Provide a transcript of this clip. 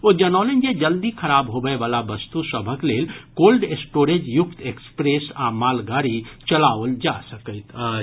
ओ जनौलनि जे जल्दी खराब होबय वला वस्तु सभक लेल कोल्ड स्टोरेज युक्त एक्सप्रेस आ मालगाडी चलाओल जा सकैत अछि